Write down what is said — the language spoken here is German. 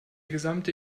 gesamte